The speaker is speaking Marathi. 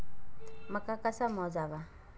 मका कसा मोजावा?